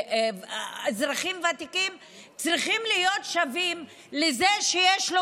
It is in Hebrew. לאזרחים ותיקים צריכות להיות שוות לזה שיש לו